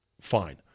fine